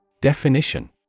definition